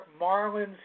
Marlins